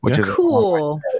Cool